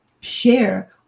share